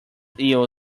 ill